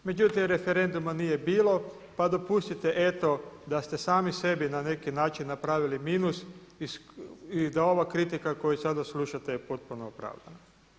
Međutim, referenduma nije bilo, pa dopustite eto da ste sami sebi na neki način napravili minus i da ova kritika koju sada slušate je potpuno opravdana.